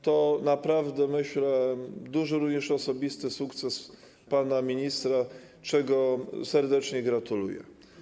To naprawdę, myślę, również duży osobisty sukces pana ministra, czego serdecznie gratuluję.